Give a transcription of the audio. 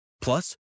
plus